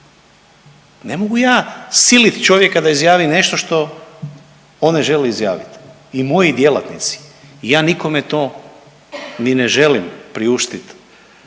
ne mogu ja silit čovjeka da izjavi nešto što on ne želi izjavit i moji djelatnici i ja nikome to ni ne želim priuštit